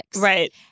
Right